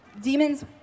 Demons